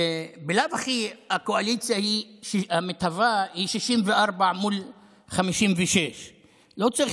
ובלאו הכי הקואליציה המתהווה היא 64 מול 56. לא צריך